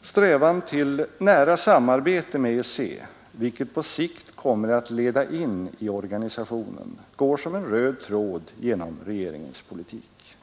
Strävan till ett nära samarbete med EEC, vilket på sikt kommer att leda in i organisationen, går som en röd tråd genom regeringens politik.